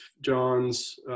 Johns